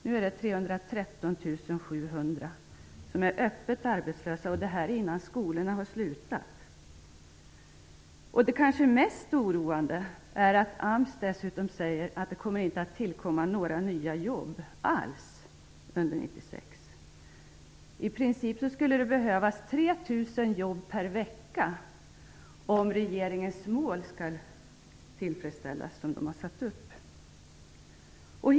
Nu är det 313 700 personer som är öppet arbetslösa, och detta redan innan skolorna har slutat för terminen. Det mest oroande är kanske att AMS dessutom säger att det under 1996 inte kommer att skapas några nya jobb alls. I princip skulle det behövas 3 000 jobb per vecka om regeringens uppsatta mål skall kunna nås.